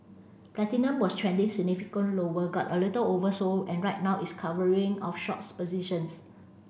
platinum was trending significantly lower got a little oversold and right now it's covering of short positions